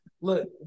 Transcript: look